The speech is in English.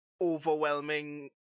overwhelming